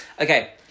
Okay